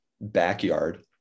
backyard